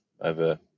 over